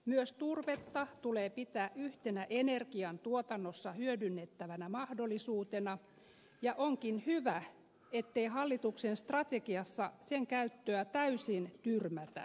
myös turvetta tulee pitää yhtenä energiantuotannossa hyödynnettävänä mahdollisuutena ja onkin hyvä ettei hallituksen strategiassa sen käyttöä täysin tyrmätä